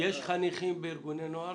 יש חניכים בארגוני נוער